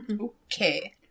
Okay